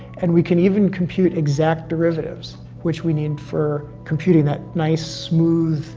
and we can even compute exact derivatives, which we need for computing that nice, smooth